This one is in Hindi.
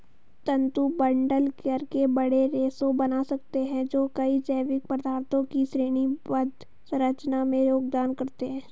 तंतु बंडल करके बड़े रेशे बना सकते हैं जो कई जैविक पदार्थों की श्रेणीबद्ध संरचना में योगदान करते हैं